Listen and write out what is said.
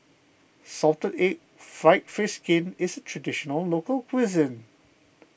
Salted Egg Fried Fish Skin is a Traditional Local Cuisine